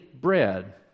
bread